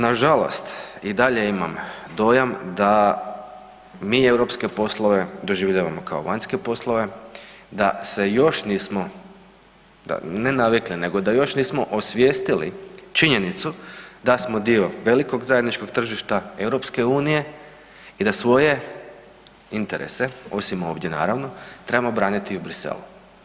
Nažalost i dalje imam dojam da mi europske poslove doživljavamo kao vanjske poslove, da se još nismo, ne navikli, nego da još nismo osvijestili činjenicu da smo dio velikog zajedničkog tržišta EU i da svoje interese, osim ovdje, naravno, trebamo braniti i u Bruxellesu.